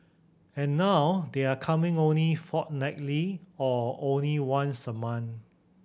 and now they're coming only fortnightly or only once a month